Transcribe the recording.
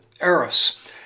Eris